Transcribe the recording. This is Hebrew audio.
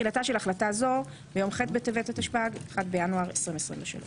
תחילתה של החלטה זו ביום ח' בטבת התשפ"ג (1 בינואר 2023)."